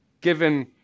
given